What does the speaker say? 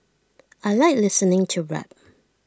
I Like listening to rap